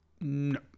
No